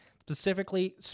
specifically